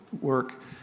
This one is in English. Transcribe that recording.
work